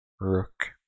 Rook